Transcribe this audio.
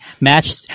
match